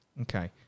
Okay